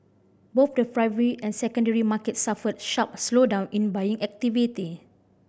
both the primary and secondary markets suffered sharp slowdown in buying activity